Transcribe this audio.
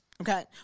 Okay